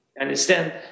understand